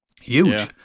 huge